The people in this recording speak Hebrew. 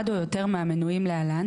אחד או יותר מהמנויים להלן,